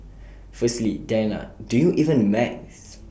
firstly Diana do you even math